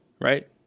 right